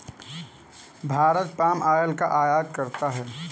Bharat palm oil का आयात करता है